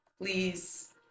Please